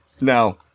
No